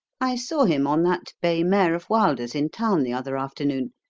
i saw him on that bay mare of wilder's in town the other afternoon,